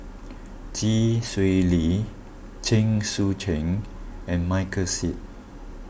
Chee Swee Lee Chen Sucheng and Michael Seet